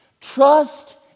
Trust